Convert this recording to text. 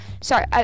Sorry